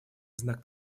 знак